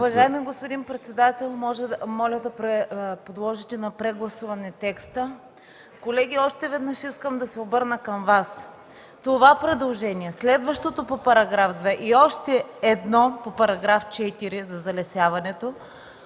Уважаеми господин председател, моля да подложите на прегласуване текста. Колеги, още веднъж искам да се обърна към Вас. Това предложение, следващото по § 2 и още едно по § 4 за залесяването,